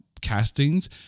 castings